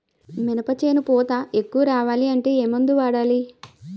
మినప చేను పూత ఎక్కువ రావాలి అంటే ఏమందు వాడాలి?